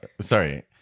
Sorry